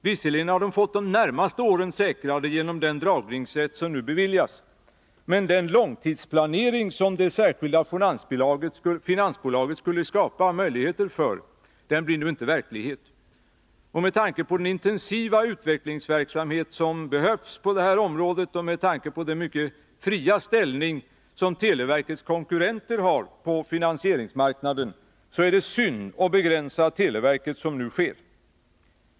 Visserligen har man fått de närmaste åren säkrade genom den dragningsrätt som nu beviljas, men den långtidsplanering som det särskilda finansbolaget skulle skapa möjligheter för blir nu inte verklighet. Och med tanke på den intensiva utvecklingsverksamhet som behövs på det här området, och med tanke på den mycket fria ställning som televerkets konkurrenter har på finansieringsmarknaden, är det synd att begränsa verksamheten så som nu sker.